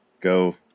go